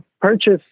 purchase